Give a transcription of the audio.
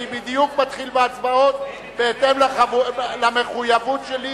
אני בדיוק מתחיל בהצבעות, בהתאם למחויבות שלי